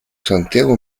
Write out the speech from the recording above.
santiago